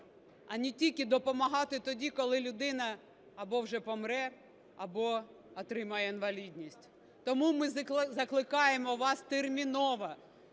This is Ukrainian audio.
а не тільки допомагати тоді, коли людина або вже помре, або отримає інвалідність. Тому ми закликаємо вас терміново